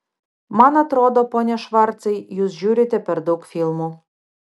man atrodo pone švarcai jūs žiūrite per daug filmų